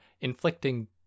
inflicting